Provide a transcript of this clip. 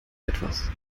etwas